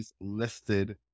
listed